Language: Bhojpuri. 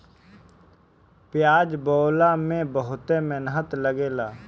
पियाज बोअला में बहुते मेहनत लागेला